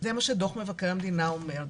זה מה שדוח מבקר המדינה אומר.